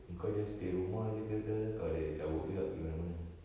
kau just stay rumah ke ke kau ada cabut juga pergi mana-mana